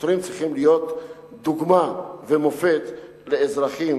השוטרים צריכים להיות דוגמה ומופת לאזרחים,